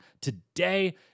today